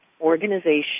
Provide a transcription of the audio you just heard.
organization